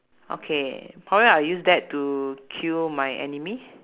okay probably I'll use that to kill my enemy